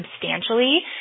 substantially